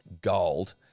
gold